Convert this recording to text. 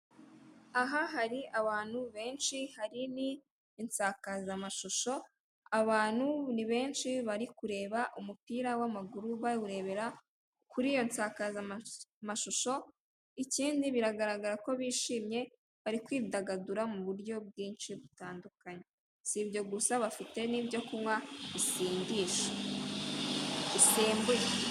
Aha hari abantu benshi, hari n'insakazamashusho, abantu ni benshi bari kureba umupira w'amaguru, bawurebera kuri iyo nsakazamashusho, ikindi biragaragara ko bishimye, bari kwidagadura mu buryo bwinshi butandukanye. Si ibyo gusa, bafite n'ibyo kunywa bisindisha, bisembuye.